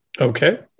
Okay